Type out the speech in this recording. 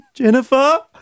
Jennifer